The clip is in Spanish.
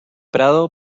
prado